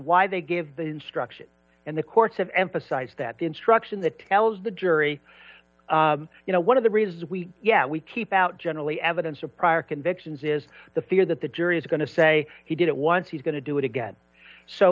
why they gave the instruction and the courts have emphasized that the instruction that tells the jury you know one of the reasons we yet we keep out generally evidence of prior convictions is the fear that the jury is going to say he did it once he's going to do it again so